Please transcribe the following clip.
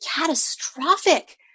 catastrophic